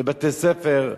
בבתי-ספר,